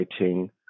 writing